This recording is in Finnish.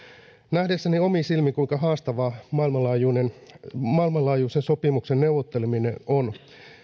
nähtyäni omin silmin kuinka haastavaa maailmanlaajuisen sopimuksen neuvotteleminen on